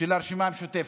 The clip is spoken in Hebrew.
של הרשימה המשותפת.